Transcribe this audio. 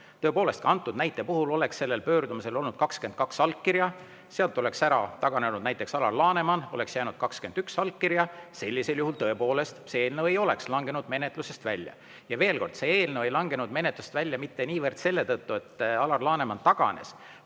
Tõepoolest, kui antud näite puhul oleks sellel pöördumisel olnud 22 allkirja, sealt oleks taganenud näiteks Alar Laneman ja oleks jäänud 21 allkirja, sellisel juhul tõepoolest see eelnõu ei oleks langenud menetlusest välja. Veel kord: see eelnõu ei langenud menetlusest välja mitte niivõrd selle tõttu, et Alar Laneman taganes,